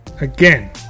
Again